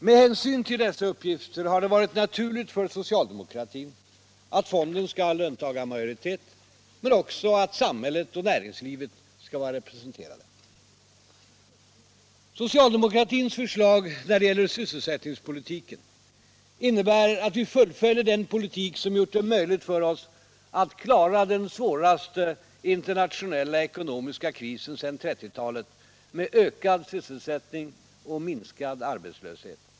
Med hänsyn till dessa uppgifter har det varit naturligt för socialdemokratin att fonden skall ha löntagarmajoritet men också att samhället och näringslivet skall vara representerade. Socialdemokratins förslag när det gäller sysselsättningspolitiken innebär att vi fullföljer den politik som gjort det möjligt för oss att klara den svåraste internationella ekonomiska krisen sedan 1930-talet med ökad sysselsättning och minskad arbetslöshet.